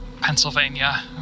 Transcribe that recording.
Pennsylvania